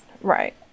Right